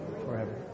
forever